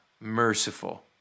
merciful